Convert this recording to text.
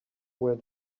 where